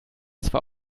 zwar